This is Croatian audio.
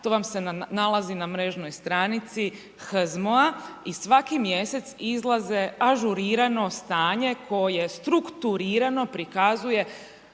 To vam se nalazi na mrežnoj stranici HZMO-a i svaki mjesec izlaze ažurirano stanje koje strukturirano prikazuje